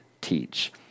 teach